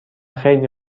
خیلی